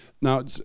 Now